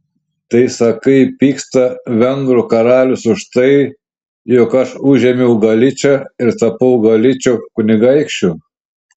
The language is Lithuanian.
tai sakai pyksta vengrų karalius už tai jog aš užėmiau galičą ir tapau galičo kunigaikščiu